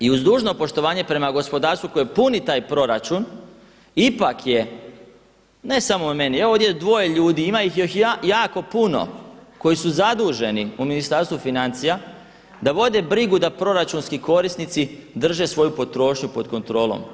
I uz dužno poštovanje prema gospodarstvu koje puni taj proračun ipak je ne samo meni, evo ovdje je dvoje ljudi, ima ih još jako puno koji su zaduženi u Ministarstvu financija koji vode brigu da proračunski korisnici drže svoju potrošnju pod kontrolom.